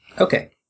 Okay